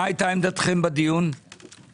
אנחנו